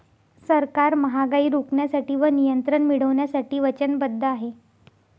सरकार महागाई रोखण्यासाठी व नियंत्रण मिळवण्यासाठी वचनबद्ध आहे